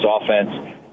offense